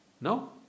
No